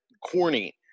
corny